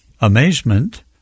amazement